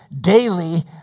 daily